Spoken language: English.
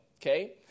okay